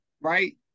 right